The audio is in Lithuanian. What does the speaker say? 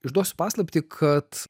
išduosiu paslaptį kad